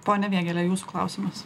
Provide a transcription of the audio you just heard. pone vėgėle jūs klausimas